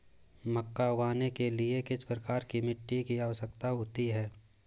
मक्का उगाने के लिए किस प्रकार की मिट्टी की आवश्यकता होती है?